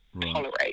tolerate